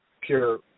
pure